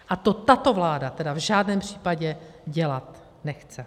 A to tato vláda tedy v žádném případě dělat nechce!